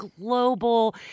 global